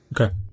Okay